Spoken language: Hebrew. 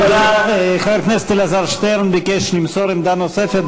חבר הכנסת אלעזר שטרן ביקש למסור עמדה נוספת.